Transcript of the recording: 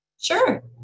Sure